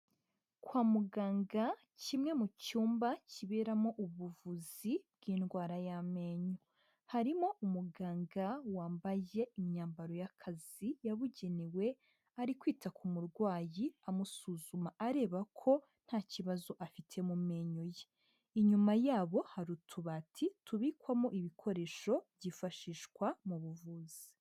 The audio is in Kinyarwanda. Kwa muganga, kimwe mu cyumba kiberamo ubuvuzi bw'indwara y'amenyo. Harimo umuganga wambaye imyambaro y'akazi yabugenewe, ari kwita ku murwayi amusuzuma, arebako nta kibazo afite mu menyo ye. Inyuma yabo hari utubati tubikwamo ibikoresho, byifashishwa mu buvuzi.